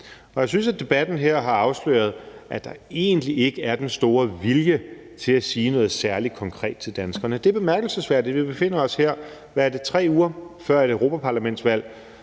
Jeg synes, at debatten her har afsløret, at der egentlig ikke er den store vilje til at sige noget særligt konkret til danskerne, og det er bemærkelsesværdigt. Vi befinder os her, hvad er det, 3 uger før et europaparlamentsvalg,